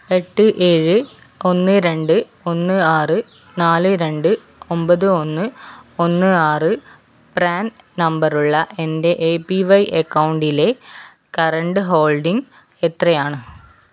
എട്ട് ഏഴ് ഒന്ന് രണ്ട് ഒന്ന് ആറ് നാല് രണ്ട് ഒമ്പത് ഒന്ന് ഒന്ന് ആറ് പ്രാൻ നമ്പറുള്ള എൻ്റെ എ പി വൈ എക്കൗണ്ടിലെ കറണ്ട് ഹോൾഡിംഗ് എത്രയാണ്